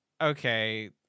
okay